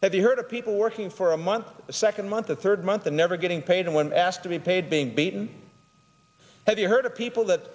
have you heard of people working for a month the second month the third month and never getting paid and when asked to be paid being beaten have you heard of people that